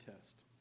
test